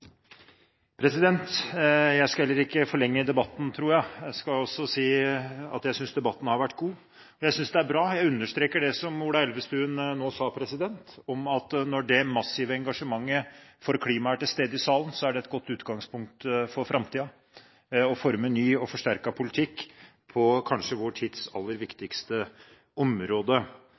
Jeg skal heller ikke forlenge debatten, tror jeg. Jeg vil også si at jeg synes debatten har vært god. Jeg synes det er bra – jeg understreker det som Ola Elvestuen nå sa – at når det massive engasjementet for klimaet er til stede i salen, er det et godt utgangspunkt for framtiden for å forme en ny og forsterket politikk på kanskje vår tids aller viktigste